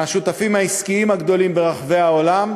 מהשותפים העסקיים הגדולים ברחבי העולם,